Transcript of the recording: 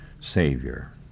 Savior